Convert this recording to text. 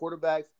quarterbacks